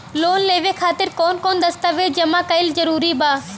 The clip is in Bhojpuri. लोन लेवे खातिर कवन कवन दस्तावेज जमा कइल जरूरी बा?